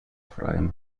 freiem